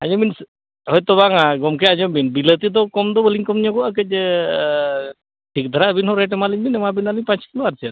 ᱟᱸᱡᱚᱢ ᱵᱤᱱ ᱦᱳᱭ ᱛᱚ ᱵᱟᱝᱟ ᱜᱚᱢᱠᱮ ᱟᱸᱡᱚᱢ ᱵᱤᱱ ᱵᱤᱞᱹᱛᱤ ᱫᱚ ᱠᱚᱢ ᱫᱚ ᱵᱟᱹᱞᱤᱧ ᱠᱚᱢ ᱧᱚᱜᱚᱜᱼᱟ ᱠᱟᱹᱡ ᱴᱷᱤᱠ ᱫᱷᱟᱨᱟ ᱟᱹᱵᱤᱱ ᱦᱚᱸ ᱨᱮᱴ ᱮᱢᱟᱞᱤᱧ ᱵᱮᱱ ᱮᱢᱟᱵᱤᱱᱟ ᱞᱤᱧ ᱯᱟᱸᱪ ᱠᱤᱞᱳ ᱟᱨ ᱪᱮᱫ